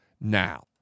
now